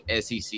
SEC